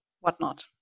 whatnot